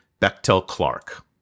Bechtel-Clark